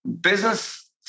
business